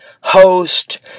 host